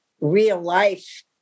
real-life